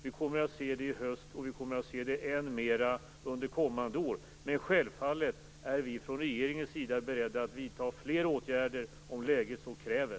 Vi kommer att se det i höst och än mera under kommande år. Men självfallet är vi från regeringens sida beredda att vidta fler åtgärder, om läget så kräver.